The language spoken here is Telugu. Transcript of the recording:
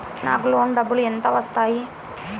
నాకు లోన్ డబ్బులు ఎంత వస్తాయి?